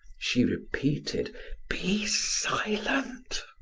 she repeated be silent!